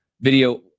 video